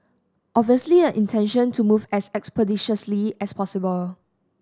obviously the intention to move as expeditiously as possible